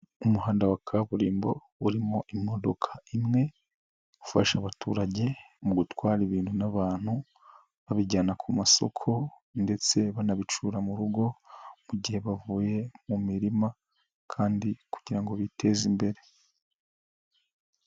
Umuhanda wa kaburimbo, urimo imodoka imwe, ufasha abaturage mu gutwara ibintu n'abantu, babijyana ku masoko, ndetse banabicyura mu rugo, mu gihe bavuye mu mirimo kandi kugira ngo biteze imbere.